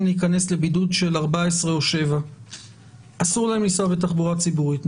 להיכנס לבידוד של 14 או 7 אסור להם לנסוע בתחבורה ציבורית,